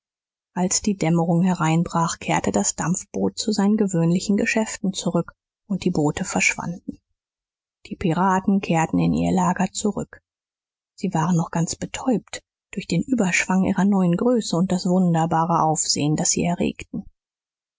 als die dämmerung hereinbrach kehrte das dampfboot zu seinen gewöhnlichen geschäften zurück und die boote verschwanden die piraten kehrten in ihr lager zurück sie waren noch ganz betäubt durch den überschwang ihrer neuen größe und das wunderbare aufsehen das sie erregten